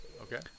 Okay